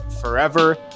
forever